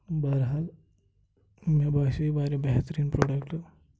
بہرحال مےٚ باسے واریاہ بہتریٖن پرٛوڈَکٹ